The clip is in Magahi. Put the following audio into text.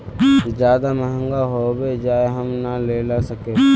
ज्यादा महंगा होबे जाए हम ना लेला सकेबे?